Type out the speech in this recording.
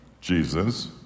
Jesus